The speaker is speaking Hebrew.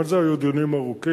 גם על זה היו דיונים ארוכים,